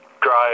drive